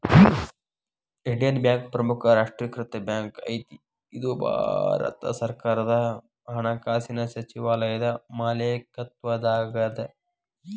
Indian Bank ಪ್ರಮುಖ ರಾಷ್ಟ್ರೇಕೃತ bank ಐತಿ ಇದು ಭಾರತ ಸರ್ಕಾರದ ಹಣಕಾಸಿನ್ ಸಚಿವಾಲಯದ ಮಾಲೇಕತ್ವದಾಗದ